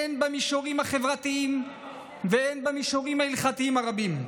הן במישורים החברתיים והן במישורים ההלכתיים הרבים.